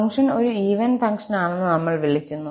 function ഒരു even function ആണെന്ന് നമ്മൾ വിളിക്കുന്നു